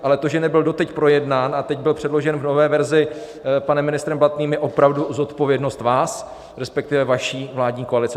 Ale to, že nebyl doteď projednán a teď byl předložen v nové verzi panem ministrem Blatným, je opravdu zodpovědnost vás, resp. vaší vládní koalice.